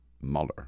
Mueller